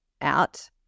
out